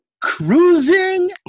Cruising